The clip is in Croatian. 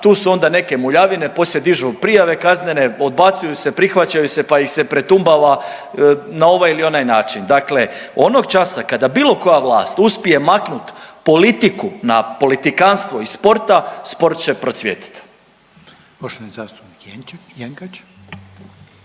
Tu su onda neke muljavine. Poslije dižu prijave kaznene, odbacuju se, prihvaćaju se, pa ih se pretumbava na ovaj ili onaj način. Dakle, onog časa kada bilo koja vlast uspije maknuti politiku na politikanstvo iz sporta, sport će procvjetati. **Reiner,